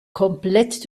komplett